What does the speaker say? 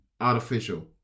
artificial